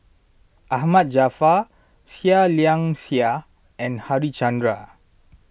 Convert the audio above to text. Ahmad Jaafar Seah Liang Seah and Harichandra